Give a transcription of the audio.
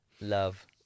Love